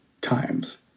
times